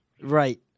Right